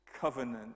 covenant